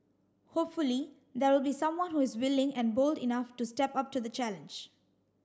hopefully there will be someone who is willing and bold enough to step up to the challenge